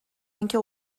اینکه